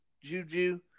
Juju